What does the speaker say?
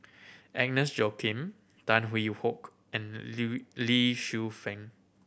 Agnes Joaquim Tan Hwee Hock and Lee Shu Fen